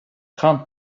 trente